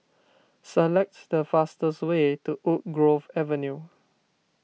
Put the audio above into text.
select the fastest way to Woodgrove Avenue